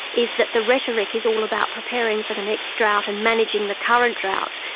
is that the rhetoric is all about preparing for the next drought and managing the current drought.